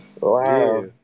Wow